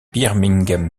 birmingham